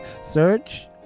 Search